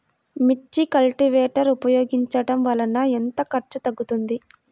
మిర్చి కల్టీవేటర్ ఉపయోగించటం వలన ఎంత ఖర్చు తగ్గుతుంది?